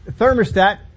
thermostat